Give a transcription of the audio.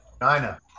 China